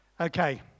Okay